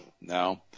no